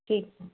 ਠੀਕ ਆ